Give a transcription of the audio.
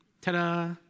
Ta-da